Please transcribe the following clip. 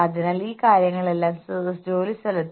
അതിനാൽ നിങ്ങൾ എങ്ങനെയാണ് ടീമിനെ പ്രോത്സാഹിപ്പിക്കുന്നത്